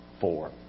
four